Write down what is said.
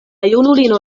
junulino